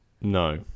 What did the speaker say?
No